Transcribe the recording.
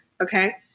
okay